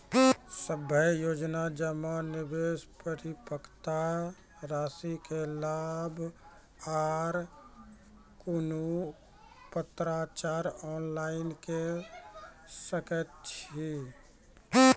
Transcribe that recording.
सभे योजना जमा, निवेश, परिपक्वता रासि के लाभ आर कुनू पत्राचार ऑनलाइन के सकैत छी?